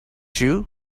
you